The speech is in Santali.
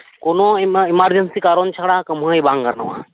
ᱠᱳᱱᱳ ᱮᱢᱟᱨᱡᱮᱱᱥᱤ ᱠᱟᱨᱚᱱ ᱪᱷᱟᱲᱟ ᱠᱟᱹᱢᱦᱟᱹᱭ ᱵᱟᱝ ᱜᱟᱱᱚᱜᱼᱟ